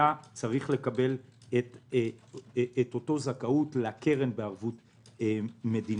צריך לקבל את אותה זכאות לקרן בערבות מדינה.